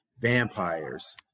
vampires